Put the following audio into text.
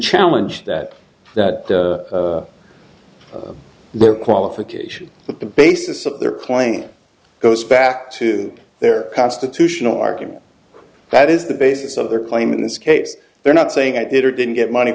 challenge that that their qualification but the basis of their claim goes back to their constitutional argument that is the basis of their claim in this case they're not saying i did or didn't get money